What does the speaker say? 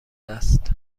است